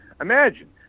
imagine